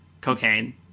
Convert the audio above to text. Cocaine